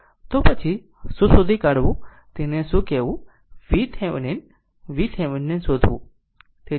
તો પછી શું શોધી કાઢવું તેને શું કહેવું VThevenin VThevenin શોધવા